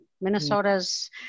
minnesota's